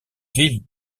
ville